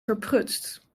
verprutst